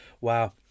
wow